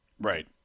Right